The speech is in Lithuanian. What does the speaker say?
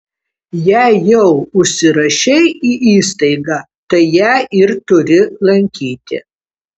jei jau užsirašei į įstaigą tai ją ir turi lankyti